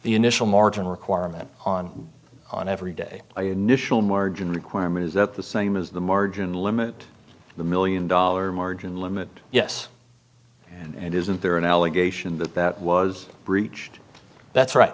the initial margin requirement on on every day i initial margin requirement is that the same as the margin limit the million dollar margin limit yes and isn't there an allegation that that was breached that's right